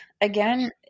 again